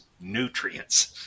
nutrients